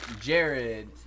jared